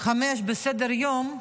5 בסדר- היום,